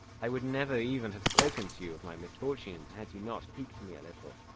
i would never even have spoken to you of my misfortunes, had you not piqued me a little,